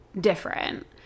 different